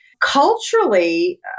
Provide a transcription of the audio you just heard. culturally